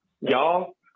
Y'all